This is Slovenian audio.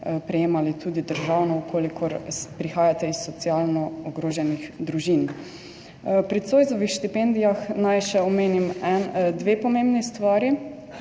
prejemali tudi državno, če prihajate iz socialno ogroženih družin. Pri Zoisovih štipendijah naj še omenim dve pomembni stvari,